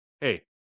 hey